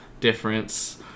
difference